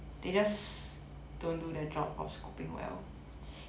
they just don't do their job of scooping well